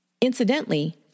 Incidentally